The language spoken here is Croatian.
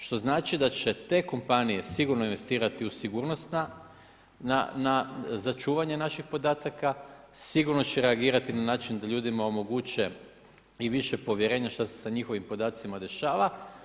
Što znači da će te kompanije sigurno invertirati u sigurnost za čuvanje naših podataka, sigurno će reagirati na način da ljudima omogući i više povjerenja šta se s njihovim podacima rješava.